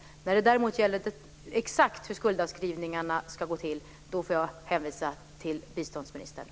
När det däremot gäller exakt hur skuldavskrivningarna ska gå till får jag hänvisa till biståndsministern.